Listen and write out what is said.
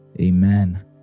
amen